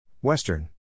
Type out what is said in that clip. Western